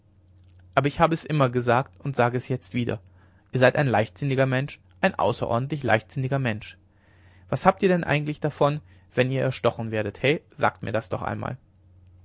aber ich habe es immer gesagt und sage es jetzt wieder ihr seid ein leichtsinniger mensch ein außerordentlich leichtsinniger mensch was habt ihr denn eigentlich davon wenn ihr erstochen werdet heh sagt mir das doch einmal